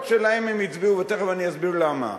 שלהן הם הצביעו ותיכף אני אסביר למה.